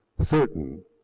certain